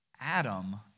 Adam